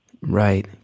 Right